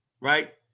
right